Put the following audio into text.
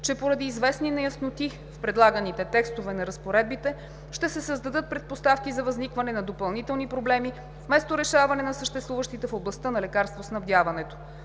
че поради известни неясноти в предлаганите текстове на разпоредбите ще се създадат предпоставки за възникване на допълнителни проблеми, вместо решаване на съществуващите в областта на лекарствоснабдяването.